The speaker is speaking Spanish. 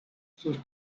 sus